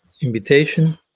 invitation